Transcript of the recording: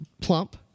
plump